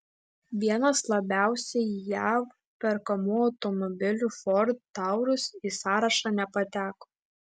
vienas labiausiai jav perkamų automobilių ford taurus į sąrašą nepateko